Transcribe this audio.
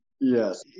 Yes